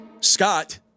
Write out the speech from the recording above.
Scott